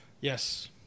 Yes